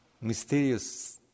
mysterious